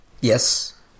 Yes